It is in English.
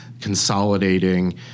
consolidating